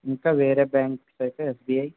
ఇంకా వేరే బ్యాంక్స్ అయితే ఎస్బిఐ